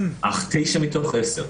אך 9 מתוך 10,